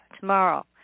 tomorrow